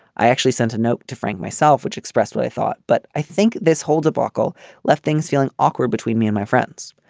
i actually sent a note to frank myself which expressed what i thought but i think this whole debacle left things feeling awkward between me and my friends.